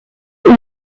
mur